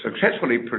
Successfully